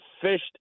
fished